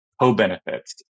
co-benefits